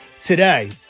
today